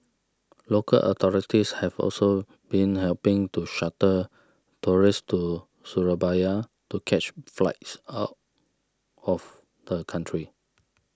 local authorities have also been helping to shuttle tourists to Surabaya to catch flights out of the country